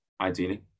ideally